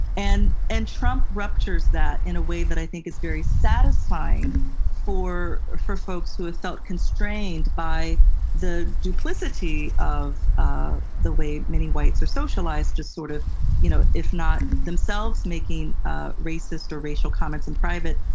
and and trump ruptures that in a way that i think is very satisfying for for folks who have felt constrained by the duplicity of ah the way many whites are socialized, just sort of you know if not themselves making ah racist or racial comments in private,